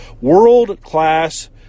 world-class